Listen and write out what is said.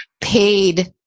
paid